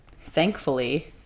Thankfully